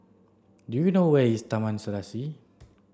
do you know where is Taman Serasi